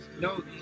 No